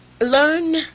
learn